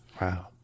Wow